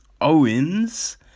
Owens